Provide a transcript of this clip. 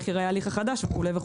איך ייראה ההליך החדש וכדומה.